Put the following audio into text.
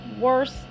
worst